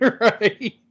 Right